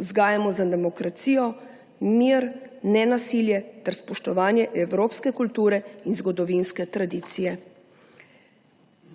Vzgajamo za demokracijo, mir, nenasilje ter spoštovanje evropske kulture in zgodovinske tradicije.